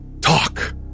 Talk